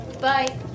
Bye